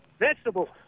Vegetables